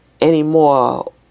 anymore